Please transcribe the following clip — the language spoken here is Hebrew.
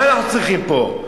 מה אנחנו צריכים פה?